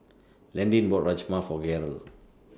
Landin bought Rajma For Gaylord